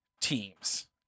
teams